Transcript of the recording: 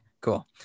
cool